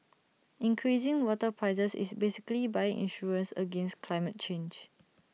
increasing water prices is basically buying insurance against climate change